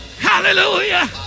hallelujah